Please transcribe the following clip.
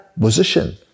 position